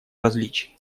различий